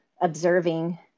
observing